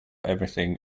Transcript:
everything